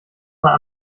mal